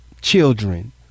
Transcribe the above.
children